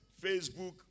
Facebook